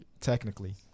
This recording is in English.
Technically